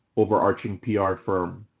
overarching pr firm.